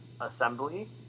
assembly